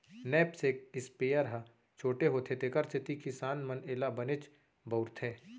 knapsack sprayer ह छोटे होथे तेकर सेती किसान मन एला बनेच बउरथे